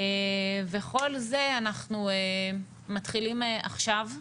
וכל זה אנחנו מתחילים עכשיו.